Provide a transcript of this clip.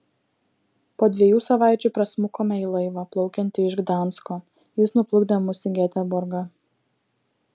po dviejų savaičių prasmukome į laivą plaukiantį iš gdansko jis nuplukdė mus į geteborgą